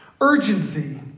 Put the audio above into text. urgency